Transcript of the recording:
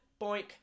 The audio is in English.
boink